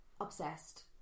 obsessed